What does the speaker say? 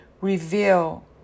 reveal